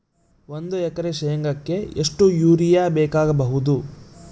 ಒಂದು ಎಕರೆ ಶೆಂಗಕ್ಕೆ ಎಷ್ಟು ಯೂರಿಯಾ ಬೇಕಾಗಬಹುದು?